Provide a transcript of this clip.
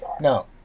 no